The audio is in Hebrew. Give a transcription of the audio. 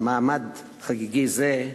במעמד חגיגי זה,